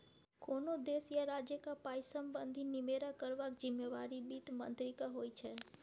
कोनो देश या राज्यक पाइ संबंधी निमेरा करबाक जिम्मेबारी बित्त मंत्रीक होइ छै